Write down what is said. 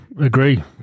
Agree